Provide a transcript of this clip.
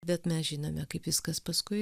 bet mes žinome kaip viskas paskui